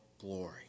glory